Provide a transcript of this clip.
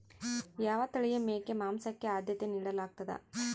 ಯಾವ ತಳಿಯ ಮೇಕೆ ಮಾಂಸಕ್ಕೆ, ಆದ್ಯತೆ ನೇಡಲಾಗ್ತದ?